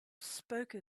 spoke